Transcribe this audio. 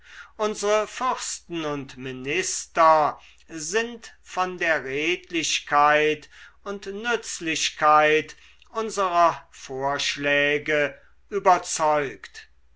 unsre fürsten und minister sind von der redlichkeit und nützlichkeit unsrer vorschläge überzeugt